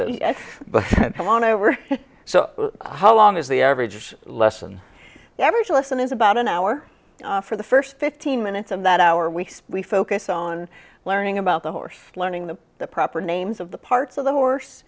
that but come on over so how long is the average lesson the average lesson is about an hour for the first fifteen minutes and that hour weeks we focus on learning about the horse learning the the proper names of the parts of the horse